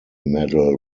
medal